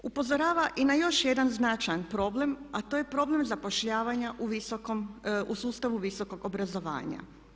Upozorava i na još jedan značajan problem, a to je problem zapošljavanja u visokom, u sustavu visokog obrazovanja.